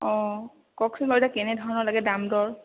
অ কওকচোন বাৰু এতিয়া কেনেধৰণৰ লাগে দাম দৰ